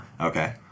Okay